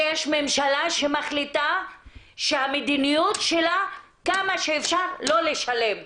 שיש ממשלה שמחליטה שהמדיניות שלה - כמה שאפשר לא לשלם.